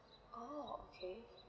oh okay